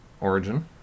Origin